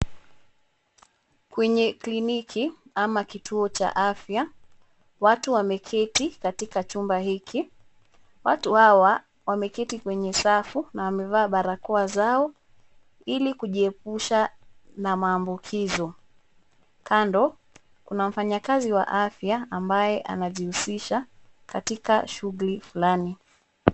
Kwenye kliniki ama kituo cha afya, watu wameketi katika chumba hiki. Watu hawa wameketi kwenye safu na wamevaa barakoa zao ili kujiepusha na maambukizi. Kando kuna mfanyakazi wa afya ambaye anajihusisha katika shughuli flani.